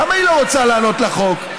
למה היא לא רוצה לעלות לחוק?